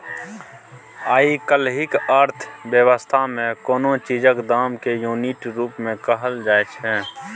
आइ काल्हिक अर्थ बेबस्था मे कोनो चीजक दाम केँ युनिट रुप मे कहल जाइ छै